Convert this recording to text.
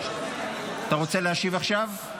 אתה רוצה להשיב עכשיו?